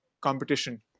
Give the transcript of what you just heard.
competition